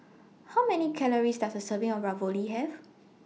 How Many Calories Does A Serving of Ravioli Have